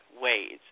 ways